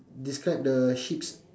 describe the sheeps